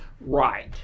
right